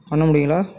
பண்ண முடியுங்களா